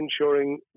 ensuring